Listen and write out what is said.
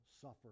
suffer